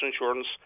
insurance